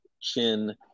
Chin